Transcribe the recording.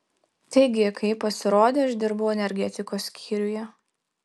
taigi kai ji pasirodė aš dirbau energetikos skyriuje